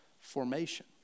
formation